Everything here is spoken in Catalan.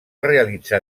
realitzar